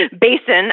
basin